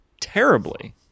terribly